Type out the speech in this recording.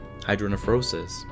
hydronephrosis